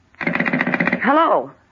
Hello